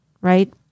Right